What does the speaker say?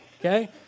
Okay